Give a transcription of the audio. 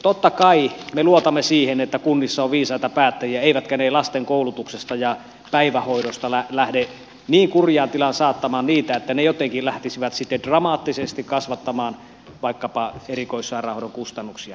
totta kai me luotamme siihen että kunnissa on viisaita päättäjiä eivätkä he lasten koulutusta ja päivähoitoa lähde niin kurjaan tilaan saattamaan että ne jotenkin lähtisivät sitten dramaattisesti kasvattamaan vaikkapa erikoissairaanhoidon kustannuksia